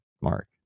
Mark